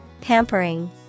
Pampering